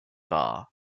bar